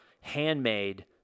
handmade